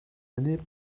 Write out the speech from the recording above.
année